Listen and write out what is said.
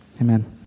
Amen